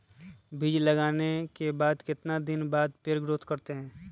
बीज लगाने के बाद कितने दिन बाद पर पेड़ ग्रोथ करते हैं?